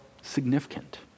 significant